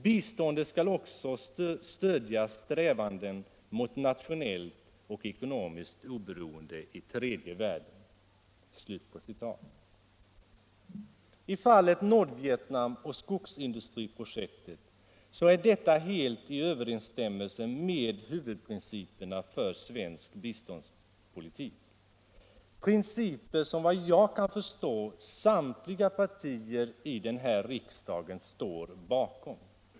Biståndet skall också stödja strävanden mot nationellt och ekonomiskt oberoende i tredje världen.” Fallet Nordvietnam och skogsindustriprojektet är alltså helt i överensstämmelse med huvudprinciperna för svensk biståndspolitik, principer som enligt vad jag kan förstå samtliga partier i den här riksdagen står bakom.